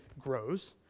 grows